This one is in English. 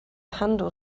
handle